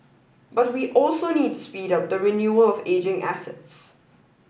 but we also need to speed up the renewal of ageing assets